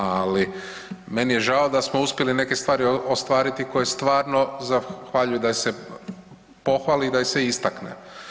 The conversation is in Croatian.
Ali meni je žao da smo uspjeli neke stvari ostvariti koje stvarno zahvaljuju da ih se pohvali i da ih se istakne.